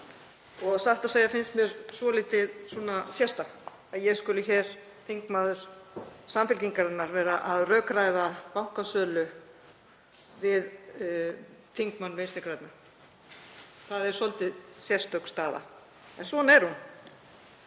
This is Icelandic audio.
Satt að segja finnst mér svolítið sérstakt að hér skuli þingmaður Samfylkingarinnar vera að rökræða bankasölu við þingmann Vinstri grænna. Það er svolítið sérstök staða. En svona er hún.